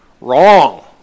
Wrong